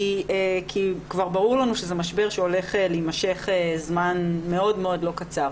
כי כבר ברור לנו שזה משבר שהולך להימשך זמן מאוד מאוד לא קצר.